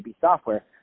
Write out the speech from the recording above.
software